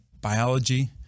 biology